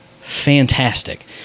fantastic